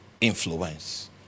influence